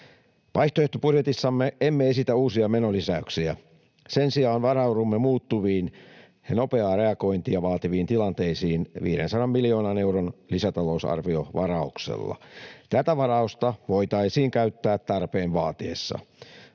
Vaihtoehtobudjetissamme emme esitä uusia menolisäyksiä. Sen sijaan varaudumme muuttuviin ja nopeaa reagointia vaativiin tilanteisiin 500 miljoonan euron lisätalousarviovarauksella. Tätä varausta voitaisiin käyttää tarpeen vaatiessa.